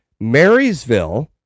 Marysville